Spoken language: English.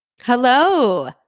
Hello